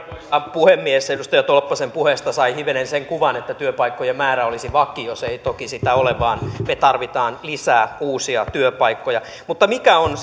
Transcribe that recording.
puhemies edustaja tolppasen puheesta sai hivenen sen kuvan että työpaikkojen määrä olisi vakio se ei toki sitä ole vaan me tarvitsemme lisää uusia työpaikkoja mikä siten on